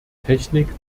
technik